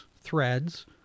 threads